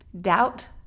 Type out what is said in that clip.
doubt